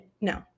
No